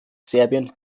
serbien